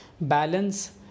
balance